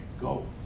go